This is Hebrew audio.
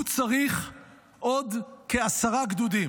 הוא צריך עוד כעשרה גדודים,